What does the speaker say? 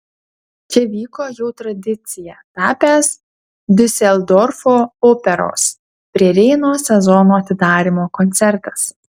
čia vyko jau tradicija tapęs diuseldorfo operos prie reino sezono atidarymo koncertas